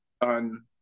on